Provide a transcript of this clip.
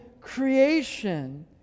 creation